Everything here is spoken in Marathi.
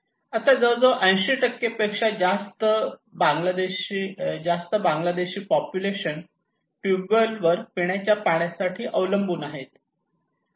आता जवळजवळ 80 पेक्षा जास्त बांगलादेशी पॉप्युलेशन ट्यूबवेल वर पिण्याच्या पाण्यासाठी अवलंबून आहेत